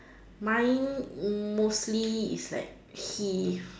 mine mm mostly is like he